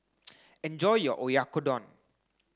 enjoy your Oyakodon